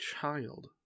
child